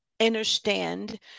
understand